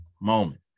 moment